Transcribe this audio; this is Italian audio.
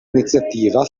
iniziativa